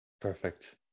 Perfect